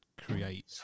create